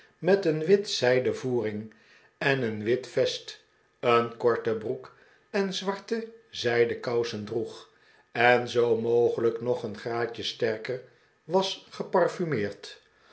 met een wit zijden voering en een wit vest een korte broek en zwarte zijden kousen droeg en zoo mogelijk nog een graadje sterker was geparfumeerd